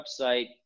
website